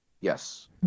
Yes